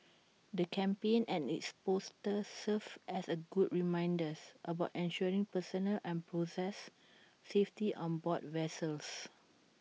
the campaign and its posters serve as A good reminders about ensuring personal and process safety on board vessels